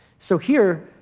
so here,